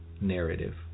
narrative